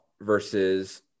versus